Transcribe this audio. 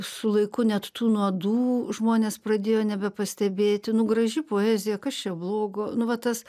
su laiku net tų nuodų žmonės pradėjo nebepastebėti nu graži poezija kas čia blogo nu va tas